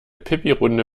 pipirunde